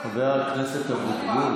חבר הכנסת אבוטבול,